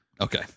Okay